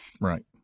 Right